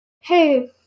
hey